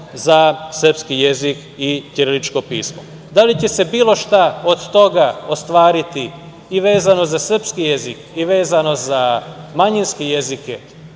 za srpski jezik i ćirilično pismo. Da li će se bilo šta od toga ostvariti i vezano za srpski jezik i vezano za manjinske jezike?